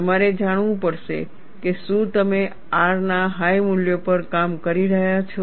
તમારે જાણવું પડશે કે શું તમે R ના હાઈ મૂલ્યો પર કામ કરી રહ્યા છો